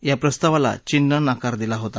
या प्रस्तावाला चीननं नकार दिला होता